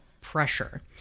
pressure